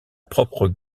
propre